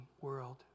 world